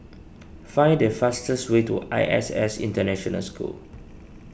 find the fastest way to I S S International School